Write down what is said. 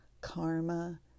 karma